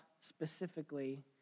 specifically